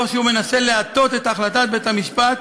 תוך שהוא מנסה להטות את החלטת בית-המשפט